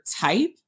type